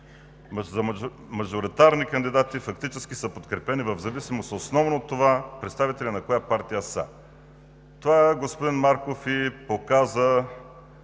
мажоритарни кандидати фактически са подкрепени в зависимост основно от това представители на коя партия са. Това, господин Марков, доказва